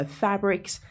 fabrics